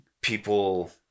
people